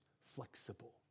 flexible